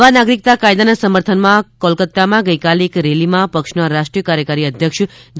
નવા નાગરિકતા કાયદાના સમર્થનમાં કોલકતામાં ગઇકાલે એક રેલીમાં પક્ષના રાષ્ટ્રીય કાર્યકારી અધ્યક્ષ જે